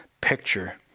picture